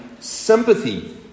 Sympathy